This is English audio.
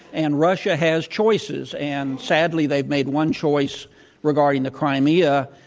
and russia has choices, and sadly they've made one choice regarding the crimea,